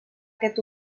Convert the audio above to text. aquest